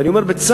ואני אומר בצער,